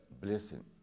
blessing